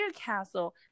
castle